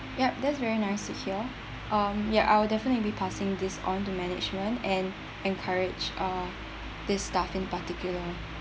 ya that's very nice to hear um ya I will definitely be passing this on to management and encourage uh this staff in particular